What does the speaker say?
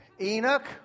Enoch